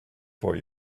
for